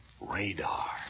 Radar